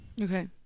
Okay